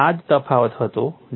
તો આ જ તફાવત હતો